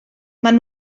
maen